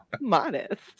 Modest